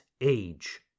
age